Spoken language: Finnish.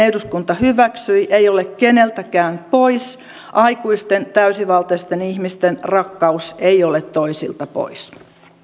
eduskunta hyväksyi ei ole keneltäkään pois aikuisten täysivaltaisten ihmisten rakkaus ei ole toisilta pois